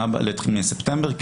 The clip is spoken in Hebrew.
מספטמבר?